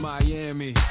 Miami